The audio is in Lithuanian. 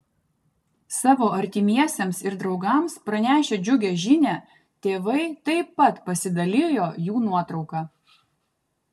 savo artimiesiems ir draugams pranešę džiugią žinią tėvai taip pat pasidalijo jų nuotrauka